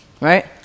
right